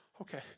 Okay